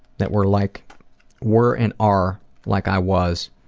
that were like were and are like i was.